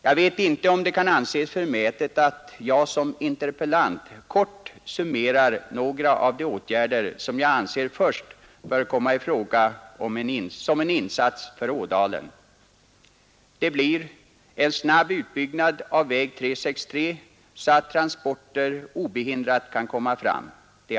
Jag vet inte om det kan anses förmätet att jag som interpellant kort summerar några av de åtgärder som jag anser först böra komma i traga som en insats för ådalen. Det blir: En snabb utbyggnad av väg 363 så att transporter obehindrat kan komma trum.